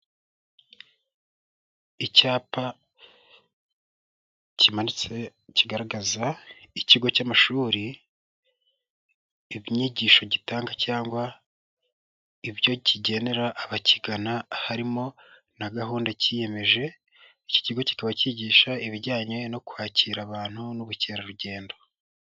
Icyapa kimanitse kigaragaza ikigo cy'amashuri, inyigisho gitanga cyangwa ibyo kigenera abakigana, harimo na gahunda cyiyemeje, iki kigo kikaba cyigisha ibijyanye no kwakira abantu n'ubukerarugendo.